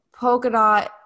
Polkadot